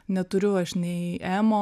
neturiu aš nei emo